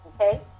Okay